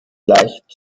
leicht